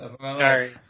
Sorry